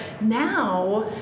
now